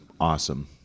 awesome